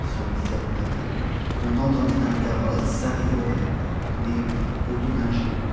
sur les dix heures du matin on entendit un carrosse s'arrêter devant la porte mais au lieu d'ingénu